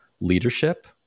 leadership